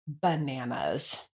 Bananas